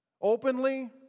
openly